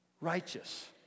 righteous